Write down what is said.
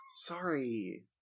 sorry